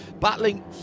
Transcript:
battling